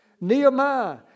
Nehemiah